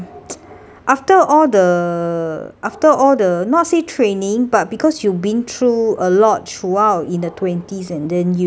after all the after all the not say training but because you've been through a lot throughout in the twenties and then you